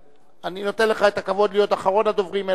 אני נותן לך את הכבוד להיות אחרון הדוברים,